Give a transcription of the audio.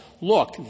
look